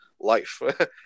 life